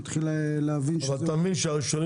נתחיל להבין שזה --- אבל אתה מבין שהראשונים